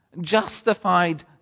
justified